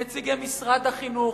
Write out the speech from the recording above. נציגי משרד החינוך,